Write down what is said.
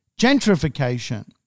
gentrification